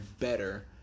better